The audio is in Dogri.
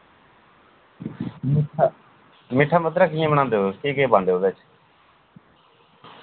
मिट्ठा मिट्ठा मद्धरा कि'यां बनांदे तुस केह् केह् पांदे उदे च